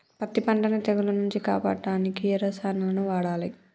పత్తి పంటని తెగుల నుంచి కాపాడడానికి ఏ రసాయనాలను వాడాలి?